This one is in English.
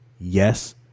yes